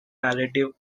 narrative